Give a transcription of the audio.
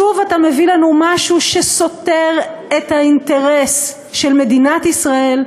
שוב אתה מביא לנו משהו שסותר את האינטרס של מדינת ישראל,